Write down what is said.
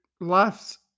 life's